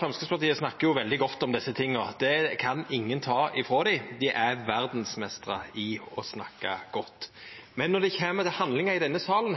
Framstegspartiet snakkar veldig godt om desse sakene. Det kan ingen ta ifrå dei. Dei er verdsmestrar i å snakka godt. Men når det kjem til handling i denne salen,